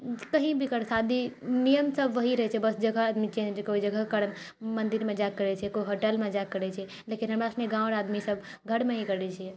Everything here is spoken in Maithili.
कही भी कर शादी नियमसभ वही रहैत छै बस जगह आदमी चेंज कोइ जगह कारण मन्दिरमे जाइके करैत छै कोइ होटलमे जाइके करैत छै लेकिन हमरासुनी गाँवर आदमीसभ घरमे ही करैत छियै